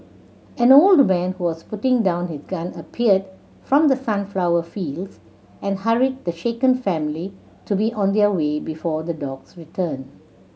an old man who was putting down his gun appeared from the sunflower fields and hurried the shaken family to be on their way before the dogs return